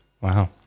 Wow